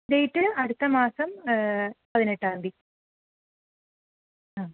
date അടുത്തമാസം പതിനെട്ടാം തീയതി ആ